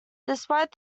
despite